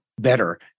better